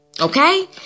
Okay